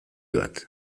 bat